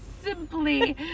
simply